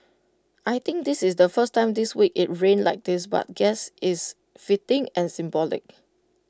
I think this is the first time this week IT rained like this but guess it's fitting and symbolic